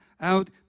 out